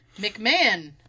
McMahon